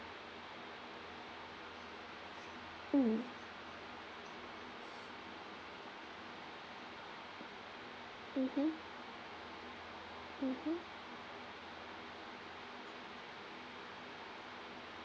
mm mmhmm mmhmm